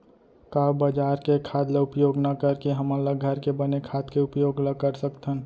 का बजार के खाद ला उपयोग न करके हमन ल घर के बने खाद के उपयोग ल कर सकथन?